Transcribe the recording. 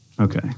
Okay